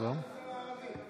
על הוועדה למגזר הערבי.